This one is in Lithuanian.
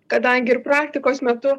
kadangi ir praktikos metu